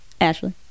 Ashley